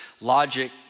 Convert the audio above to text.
logic